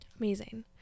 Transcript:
amazing